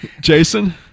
Jason